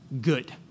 good